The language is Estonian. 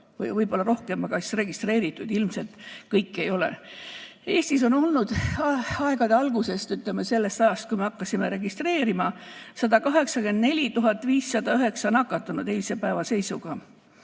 võib-olla rohkemagagi, registreeritud ilmselt kõik ei ole. Eestis on olnud aegade algusest, sellest ajast, kui me hakkasime registreerima, 184 509 nakatunut, eilse päeva seisuga.